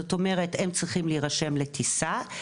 הם צריכים להירשם לטיסה,